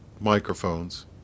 microphones